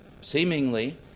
seemingly